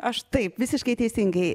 aš taip visiškai teisingai